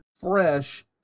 fresh